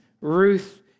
Ruth